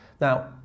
Now